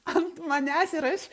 ant manęs ir aš